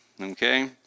okay